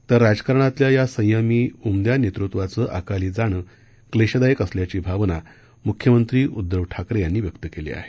तर राजकारणातल्या या संयमी उमद्या नेतृत्वाचं अकाली जाणं क्लेशदायक असल्याची भावना मुख्यमंत्री उदधव ठाकरे यांनी व्यक्त केली आहे